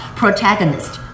protagonist